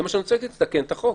זה מה שאני רוצה, שתתקן את החוק.